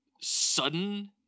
sudden